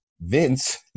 Vince